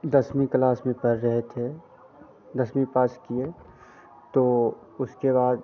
दसवीं क्लास में पढ़ रहे थे दसमी पास किए तो उसके बाद